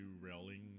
railing